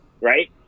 right